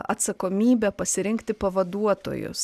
atsakomybė pasirinkti pavaduotojus